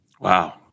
Wow